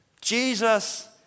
Jesus